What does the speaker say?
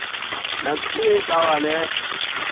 నాకు టీవీ కావాలి